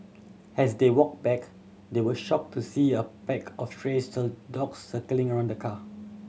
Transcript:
as they walk back they were shocked to see a pack of stray still dogs circling around the car